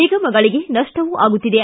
ನಿಗಮಗಳಿಗೆ ನಷ್ಟವೂ ಆಗುತ್ತಿದೆ